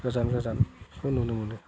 गोजान गोजानखौ नुनो मोनो